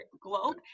globe